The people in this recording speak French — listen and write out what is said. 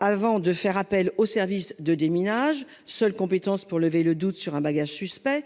Avant de faire appel aux services de déminage seule compétence pour lever le doute sur un bagage suspect